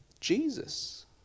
Jesus